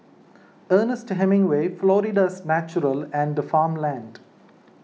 Ernest Hemingway Florida's Natural and Farmland